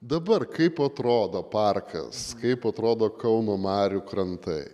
dabar kaip atrodo parkas kaip atrodo kauno marių krantai